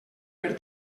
per